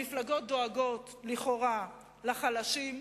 המפלגות דואגות לכאורה לחלשים,